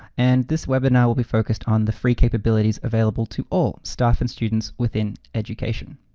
and this webinar will be focused on the free capabilities available to all staff, and students within education.